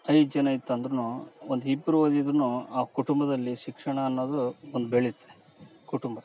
ಐದು ಜನ ಇತ್ತಂದ್ರೂ ಒಂದು ಇಬ್ಬರು ಓದಿದ್ರೂ ಆ ಕುಟುಂಬದಲ್ಲಿ ಶಿಕ್ಷಣ ಅನ್ನೋದು ಒಂದು ಬೆಳೆಯುತ್ತೆ ಕುಟುಂಬ